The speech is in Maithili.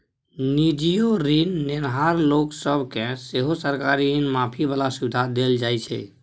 निजीयो ऋण नेनहार लोक सब केँ सेहो सरकारी ऋण माफी बला सुविधा देल जाइ छै